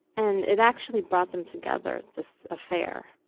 and it actually brought them together, this affair.